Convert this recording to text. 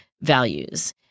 values